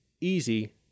easy